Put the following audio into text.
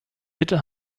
bitte